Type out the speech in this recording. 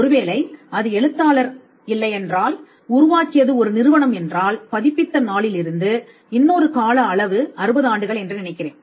ஒருவேளை அது எழுத்தாளர் இல்லையென்றால் உருவாக்கியது ஒரு நிறுவனம் என்றால் பதிப்பித்த நாளிலிருந்து இன்னொரு கால அளவு அறுபது ஆண்டுகள் என்று நினைக்கிறேன்